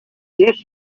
this